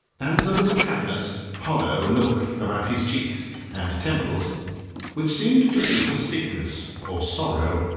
and there was a cavernous, hollow look about his cheeks and temples which seemed to speak of sickness or sorrow.